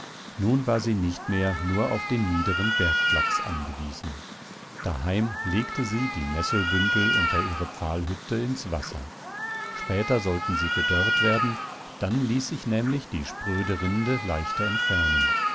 nun war sie nicht mehr nur auf den niederen bergflachs angewiesen daheim legte sie die nesselbündel unter ihre pfahlhütte ins wasser später sollten sie gedörrt werden dann ließ sich nämlich die spröde rinde leichter entfernen